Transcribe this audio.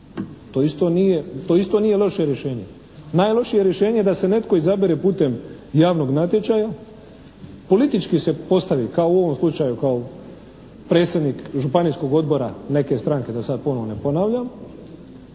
To isto nije loše rješenje. Najlošije je rješenje da se netko izabire putem javnog natječaja, politički se postavi kao u ovom slučaju, kao predsjednik županijskog odbora neke stranke, da sad ponovno ne ponavljam,